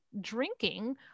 drinking